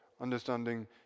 understanding